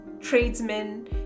tradesmen